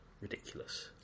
ridiculous